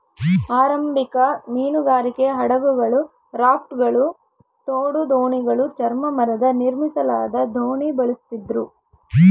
ಆರಂಭಿಕ ಮೀನುಗಾರಿಕೆ ಹಡಗುಗಳು ರಾಫ್ಟ್ಗಳು ತೋಡು ದೋಣಿಗಳು ಚರ್ಮ ಮರದ ನಿರ್ಮಿಸಲಾದ ದೋಣಿ ಬಳಸ್ತಿದ್ರು